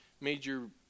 major